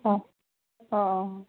অঁ অঁ অঁ